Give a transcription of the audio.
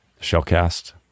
Shellcast